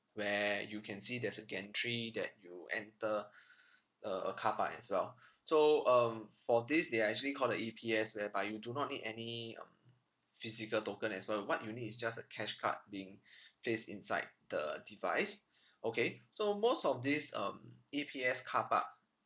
where you can see there's a gantry that you enter uh a car park as well so um for this they're actually called the E_P_S whereby you do not need any um physical token as well what you need is just a cash card being placed inside the device okay so most of these um E_P_S car parks